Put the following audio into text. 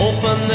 Open